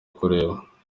kureba